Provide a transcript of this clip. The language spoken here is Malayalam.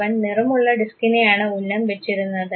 അവൻ നിറമുള്ള ഡിസ്കിനെയാണ് ഉന്നം വെച്ചിരുന്നത്